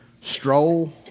stroll